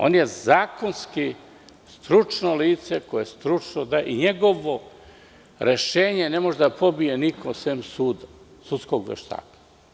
On je zakonski stručno lice koje stručno daje, i njegovo rešenje ne može da pobije niko sem suda, sudskog veštaka.